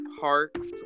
parks